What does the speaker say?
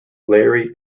larry